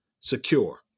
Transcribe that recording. secure